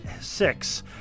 six